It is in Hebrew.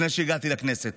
לפני שהגעתי לכנסת.